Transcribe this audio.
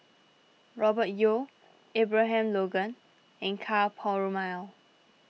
Robert Yeo Abraham Logan and Ka Perumal